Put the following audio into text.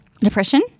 Depression